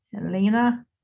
Elena